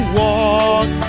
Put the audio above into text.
walk